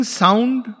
sound